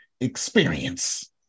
experience